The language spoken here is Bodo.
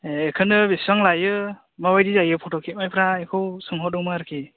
ए बेखौनो बेसेबां लायो मा बादि जायो फट' खेबनायफ्रा बेखौ सोंहरदोंमोन आरोखि